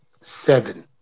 Seven